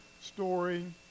story